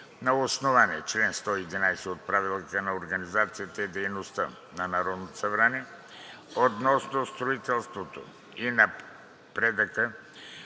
на основание чл. 111 от Правилника за организацията и дейността на Народното събрание относно строителството и напредъка